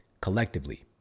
Collectively